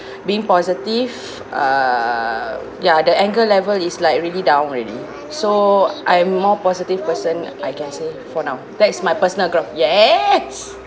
being positive uh ya the anger level is like really down already so I'm more positive person I can say for now that is my personal growth ya eh